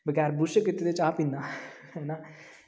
बगैर ब्रुश कीते दे चाह्